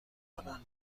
کنن